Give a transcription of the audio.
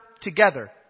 together